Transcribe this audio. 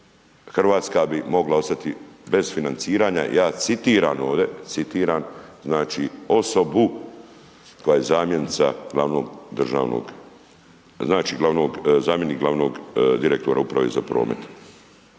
Hrvatska bi mogla ostati bez financiranja, ja citiram ovde, citiram znači osobu, koja je zamjenica glavnog državnog, znači glavnog, zamjenik glavnog direktora Uprave za promet.